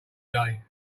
day